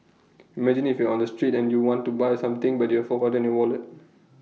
imagine if you're on the street and you want to buy something but you've forgotten your wallet